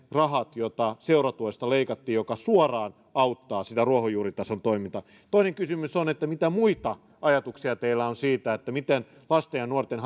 rahat jotka seuratuesta leikattiin jotka suoraan auttavat sitä ruohonjuuritason toimintaa toinen kysymys on mitä muita ajatuksia teillä on siitä miten lasten ja nuorten